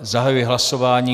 Zahajuji hlasování.